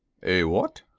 a what?